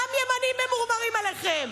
גם ימנים ממורמרים עליכם.